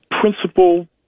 principal